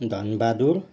Dhan Bahadur